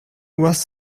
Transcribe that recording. was